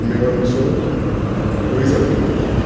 मेळोन मिसळोन होळी साजरी करतात